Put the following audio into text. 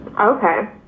Okay